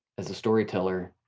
as a storyteller,